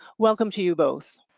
welcome to you both.